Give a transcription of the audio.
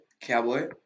Cowboy